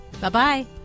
Bye-bye